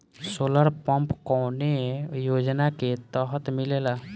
Solar pump कौने योजना के तहत मिलेला?